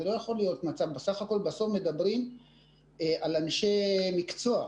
בסוף מדברים על אנשי מקצוע,